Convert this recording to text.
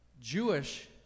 Jewish